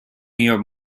near